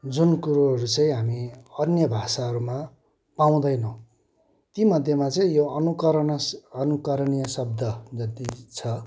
जुन कुरोहरू चाहिँ हामी अन्य भाषाहरूमा पाउँदैनौँ ती मध्येमा चाहिँ यो अनुकरणस अनुकरणीय शब्द जति छ